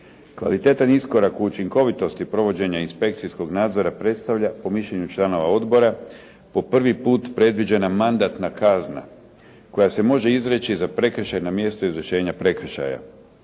Kvalitetan iskorak, učinkovitost i provođenja inspekcijskog nadzora predstavlja po mišljenju članova odbora po prvi put predviđena mandatna kazna koja se može izreći za prekršaj na mjestu i izvršenju prekršaja.